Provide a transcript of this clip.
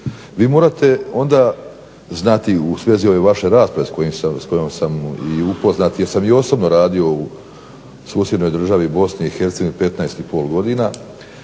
vi morate znati u svezi ove vaše rasprave s kojom sam upoznat jer sam i osobno radio u susjednoj državi Bosni